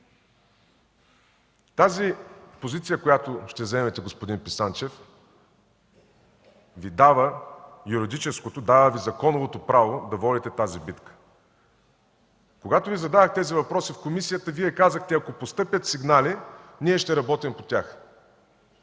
Тази позиция, която ще заемете, господин Писанчев, Ви дава юридическото, законовото право да водите тази битка. Когато Ви зададох тези въпроси в комисията, Вие казахте: „Ако постъпят сигнали, ние ще работим по тях”.